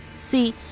See